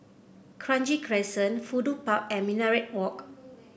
Kranji Crescent Fudu Park and Minaret Walk